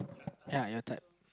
ya your type